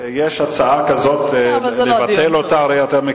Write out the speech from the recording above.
יש הצעה לבטל את יום שלישי.